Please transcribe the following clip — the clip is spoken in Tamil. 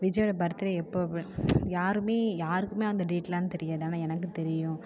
விஜய்யோட பர்த்டே எப்போ யாருமே யாருக்குமே அந்த டேட்லாம் தெரியாது ஆனால் எனக்கு தான் தெரியும்